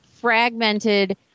fragmented